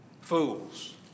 fools